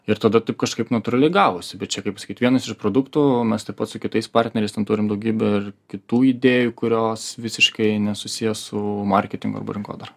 ir tada taip kažkaip natūraliai gavosi bet čia kaip pasakyt vienas iš produktų mes taip pat su kitais partneriais ten turim daugybę ir kitų idėjų kurios visiškai nesusiję su marketingu arba rinkodara